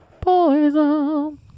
Poison